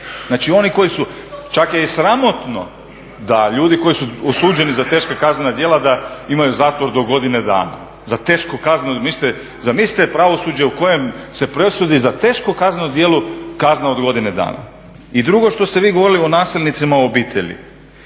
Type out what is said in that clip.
znači oni koji su, čak je i sramotno da ljudi koji su osuđeni za teška kaznena djela da imaju zatvor do godine dana. Zamislite pravosuđe u kojem se presudi za teško kazneno djelo kazna od godine dana. I drugo što ste vi govorili o nasilnicima u obitelji.